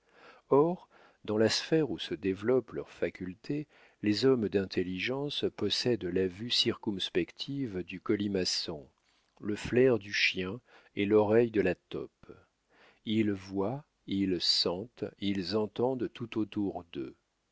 or dans la sphère où se développent leurs facultés les hommes d'intelligence possèdent la vue circumspective du colimaçon le flair du chien et l'oreille de la taupe ils voient ils sentent ils entendent tout autour d'eux